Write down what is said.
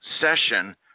session